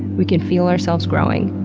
we can feel ourselves growing.